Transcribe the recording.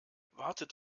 wartet